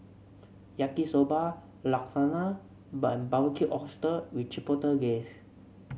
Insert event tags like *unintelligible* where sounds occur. Yaki Soba Lasagna *unintelligible* Barbecued Oysters with Chipotle *unintelligible*